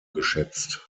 geschätzt